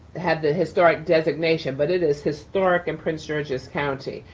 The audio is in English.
had the historic designation, but it is historic in prince george's county.